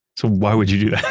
so why would you do that?